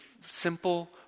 simple